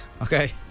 Okay